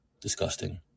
disgusting